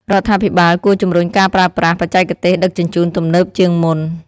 រដ្ឋាភិបាលគួរជំរុញការប្រើប្រាស់ បច្ចេកទេសដឹកជញ្ជូនទំនើបជាងមុន។